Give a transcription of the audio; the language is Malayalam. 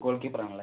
ഗോൾ കീപ്പർ ആണല്ലേ